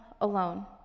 alone